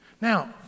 Now